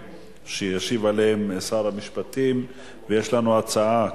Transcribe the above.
שישיב עליהן שר המשפטים, ויש לנו הצעה